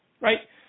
Right